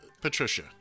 Patricia